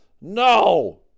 No